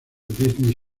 disney